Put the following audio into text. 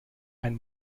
ein